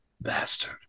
bastard